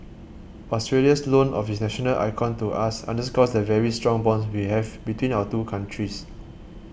Australia's loan of its national icon to us underscores the very strong bonds we have between our two countries